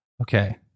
Okay